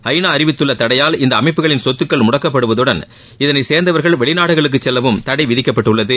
ஐநா அறிவித்துள்ள தடையால் இந்த அமைப்புகளின் சொத்துக்கள் முடக்கப்படுவதுடன் இதனை சேர்ந்தவர்கள் வெளிநாடுகளுக்கு செல்லவும் தடை விதிக்கப்பட்டுள்ளது